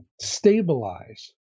stabilize